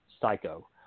psycho